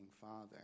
father